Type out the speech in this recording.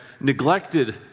neglected